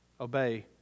obey